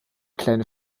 kleine